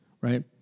right